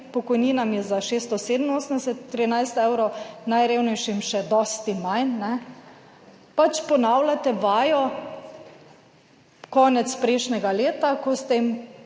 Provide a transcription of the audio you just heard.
pokojninami za 687,13 evrov, najrevnejšim še dosti manj, pač ponavljate vajo konec prejšnjega leta ko ste jim